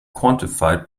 quantified